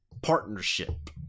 partnership